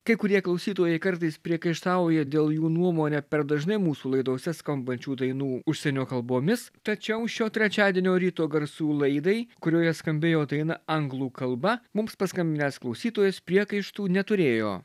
kai kurie klausytojai kartais priekaištauja dėl jų nuomone per dažnai mūsų laidose skambančių dainų užsienio kalbomis tačiau šio trečiadienio ryto garsų laidai kurioje skambėjo daina anglų kalba mums paskambinęs klausytojas priekaištų neturėjo